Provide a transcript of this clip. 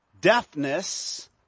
deafness